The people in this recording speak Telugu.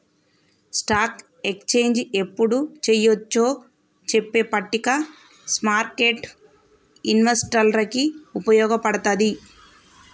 స్టాక్ ఎక్స్చేంజ్ యెప్పుడు చెయ్యొచ్చో చెప్పే పట్టిక స్మార్కెట్టు ఇన్వెస్టర్లకి వుపయోగపడతది